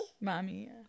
Mommy